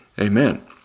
Amen